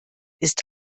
ist